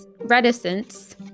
reticence